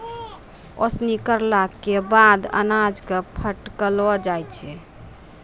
ओसौनी करला केरो बाद अनाज क फटकलो जाय छै